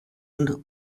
und